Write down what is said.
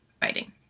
fighting